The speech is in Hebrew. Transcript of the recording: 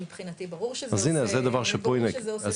מבחינתי, ברור שזה עושה שכל.